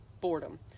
boredom